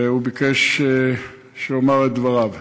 והוא ביקש שאומר את דבריו.